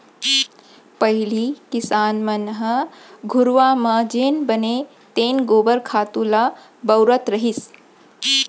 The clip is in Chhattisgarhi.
पहिली किसान मन ह घुरूवा म जेन बनय तेन गोबर खातू ल बउरत रहिस